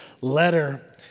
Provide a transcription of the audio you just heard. letter